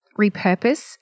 repurpose